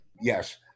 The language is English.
Yes